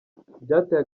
byateye